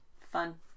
fun